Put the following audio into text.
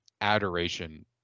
adoration